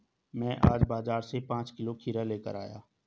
मैं आज बाजार से पांच किलो खीरा लेकर आया